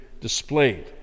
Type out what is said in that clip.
displayed